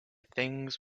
things